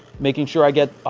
making sure i get,